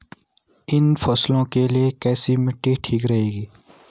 इन फसलों के लिए कैसी मिट्टी ठीक रहेगी?